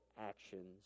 actions